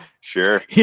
Sure